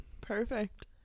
Perfect